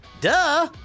Duh